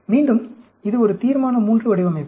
மீண்டும் இது ஒரு தீர்மான III வடிவமைப்பு